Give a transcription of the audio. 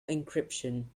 encryption